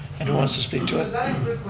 and who wants to speak to it?